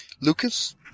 Lucas